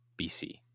BC